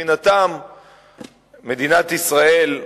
מבחינתן מדינת ישראל,